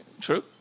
True